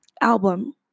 album